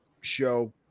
show